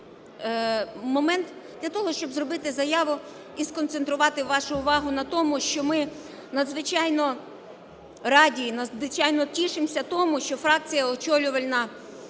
взяти момент для того, щоб зробити заяву і сконцентрувати вашу увагу на тому, що ми надзвичайно раді і надзвичайно тішимося тому, що фракція, очолювана